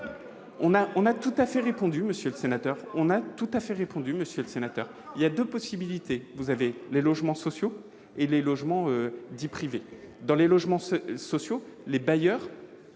avons tout à fait répondu, monsieur le sénateur. Il y a deux possibilités. Vous avez les logements sociaux et les logements dits « privés ». Dans les logements sociaux, les bailleurs